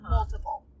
multiple